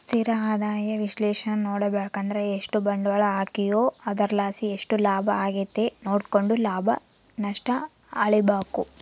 ಸ್ಥಿರ ಆದಾಯ ವಿಶ್ಲೇಷಣೇನಾ ನೋಡುಬಕಂದ್ರ ಎಷ್ಟು ಬಂಡ್ವಾಳ ಹಾಕೀವೋ ಅದರ್ಲಾಸಿ ಎಷ್ಟು ಲಾಭ ಆಗೆತೆ ನೋಡ್ಕೆಂಡು ಲಾಭ ನಷ್ಟ ಅಳಿಬಕು